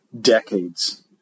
decades